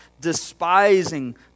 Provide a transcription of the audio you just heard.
despising